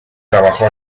trabajó